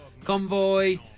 Convoy